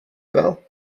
bell